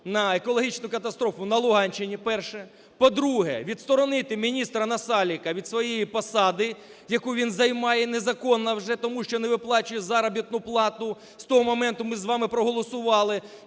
на екологічну катастрофу на Луганщині. Перше. По-друге, відсторонити міністра Насалика від своєї посади, яку він займає незаконно вже, тому що не виплачує заробітну плату. З того моменту ми з вами проголосували,